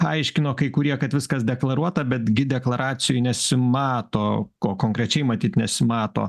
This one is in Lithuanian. aiškino kai kurie kad viskas deklaruota betgi gi deklaracijoje nesimato ko konkrečiai matyt nesimato